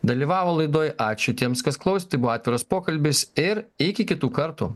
dalyvavo laidoj ačiū tiems kas klausė tai buvo atviras pokalbis ir iki kitų kartų